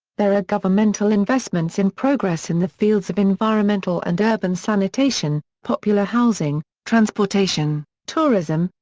there are governmental investments in progress in the fields of environmental and urban sanitation, popular housing, transportation, tourism,